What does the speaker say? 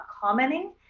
commenting